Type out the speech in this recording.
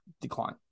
decline